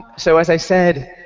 so as i said,